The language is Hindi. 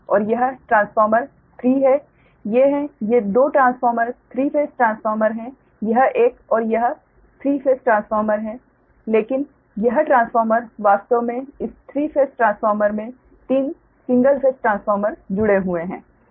और यह ट्रांसफार्मर 3 है ये हैं ये दो ट्रांसफार्मर थ्री फेस ट्रांसफार्मर हैं यह एक और यह थ्री फेस ट्रांसफार्मर है लेकिन यह ट्रांसफार्मर वास्तव में इस थ्री फेस ट्रांसफार्मर में तीन सिंगल फेस ट्रांसफार्मर जुडे हुए है